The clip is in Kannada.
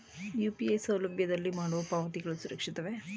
ಯು.ಪಿ.ಐ ಸೌಲಭ್ಯದಲ್ಲಿ ಮಾಡುವ ಪಾವತಿಗಳು ಸುರಕ್ಷಿತವೇ?